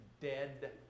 dead